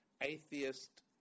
atheist